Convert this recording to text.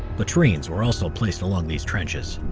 latrines were also placed along these trenches.